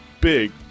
big